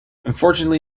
unfortunately